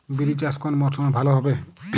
বিরি চাষ কোন মরশুমে ভালো হবে?